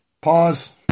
Pause